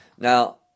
Now